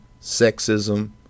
sexism